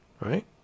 right